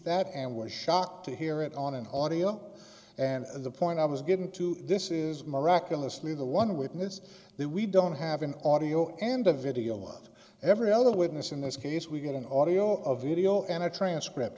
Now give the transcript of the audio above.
that and was shocked to hear it on an audio and the point i was getting to this is miraculously the one witness that we don't have an audio and a video of every other witness in this case we get an audio of video and a transcript